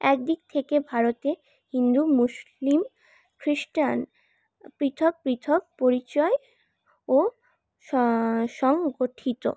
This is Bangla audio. একদিক থেকে ভারতে হিন্দু মুসলিম খ্রিস্টান পৃথক পৃথক পরিচয় ও সংগঠিত